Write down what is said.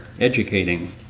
educating